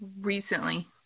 recently